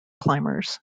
climbers